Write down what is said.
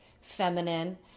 feminine